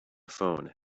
phone